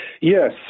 yes